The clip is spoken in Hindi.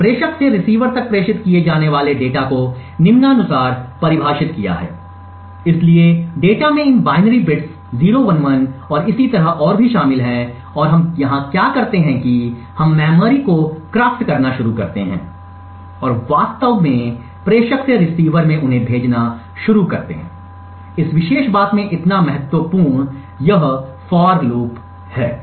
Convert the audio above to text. हमने प्रेषक से रिसीवर तक प्रेषित किए जाने वाले डेटा को निम्नानुसार परिभाषित किया है इसलिए डेटा में इस बाइनरी बिट्स 011 और इसी तरह और भी शामिल हैं और हम यहां क्या करते हैं कि हम मेमोरी को क्राफ्ट करना शुरू करते हैं और वास्तव प्रेषक से रिसीवर में उन्हें भेजना शुरू करते हैं इस विशेष बात में इतना महत्वपूर्ण यह फॉर लूप है